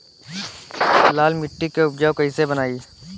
लाल मिट्टी के उपजाऊ कैसे बनाई?